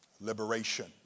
Liberation